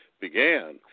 began